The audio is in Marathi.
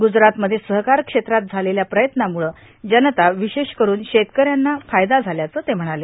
गुजरातमध्ये सहकार क्षेत्रात झालेल्या प्रयत्नामुळे जनता विशेष करून शेतकऱ्याना फायदा झाल्याचं ते म्हणाले